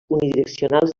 unidireccionals